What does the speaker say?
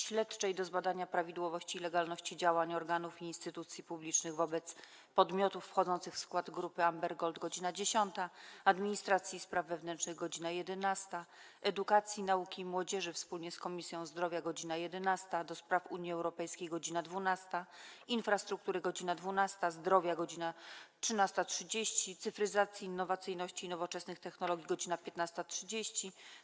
Śledczej do zbadania prawidłowości i legalności działań organów i instytucji publicznych wobec podmiotów wchodzących w skład Grupy Amber Gold - godz. 10, - Administracji i Spraw Wewnętrznych - godz. 11, - Edukacji, Nauki i Młodzieży wspólnie z Komisją Zdrowia - godz. 11, - do Spraw Unii Europejskiej - godz. 12, - Infrastruktury - godz. 12, - Zdrowia - godz. 13.30, - Cyfryzacji, Innowacyjności i Nowoczesnych Technologii - godz. 15.30,